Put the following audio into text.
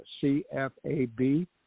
C-F-A-B